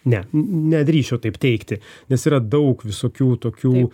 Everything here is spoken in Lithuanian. ne nedrįčiau taip teigti nes yra daug visokių tokių